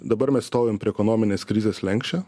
dabar mes stovim prie ekonominės krizės slenksčio